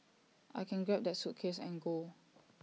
I can grab that suitcase and go